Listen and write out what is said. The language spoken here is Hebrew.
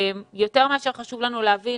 שיותר מאשר חשוב לנו להבין